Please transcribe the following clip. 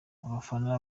abafana